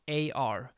ar